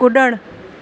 कुड॒णु